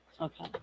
okay